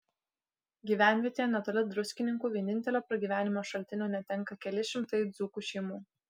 gyvenvietėje netoli druskininkų vienintelio pragyvenimo šaltinio netenka keli šimtai dzūkų šeimų